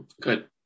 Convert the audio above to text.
Good